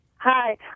Hi